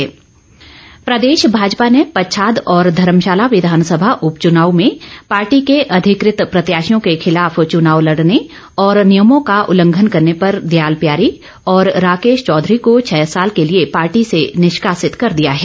निष्कासन भाजपा ने पच्छाद और धर्मशाला विधानसभा उपचुनाव में पार्टी के अधिकृत प्रत्याशियों के खिलाफ चुनाव लड़ने और नियमों का उल्लंघन करने पर दयाल प्यारी और राकेश चौधरी को छह साल के लिए निष्कासित कर दिया है